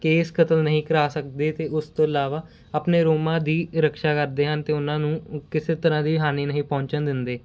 case ਕਤਲ ਨਹੀਂ ਕਰਾ ਸਕਦੇ ਅਤੇ ਉਸ ਤੋਂ ਇਲਾਵਾ ਆਪਣੇ ਰੋਮਾਂ ਦੀ ਰਕਸ਼ਾ ਕਰਦੇ ਹਨ ਅਤੇ ਉਹਨਾਂ ਨੂੰ ਕਿਸੇ ਤਰ੍ਹਾਂ ਦੀ ਹਾਨੀ ਨਹੀਂ ਪਹੁੰਚਣ ਦਿੰਦੇ